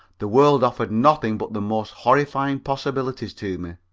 the world offered nothing but the most horrifying possibilities to me.